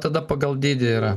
tada pagal dydį yra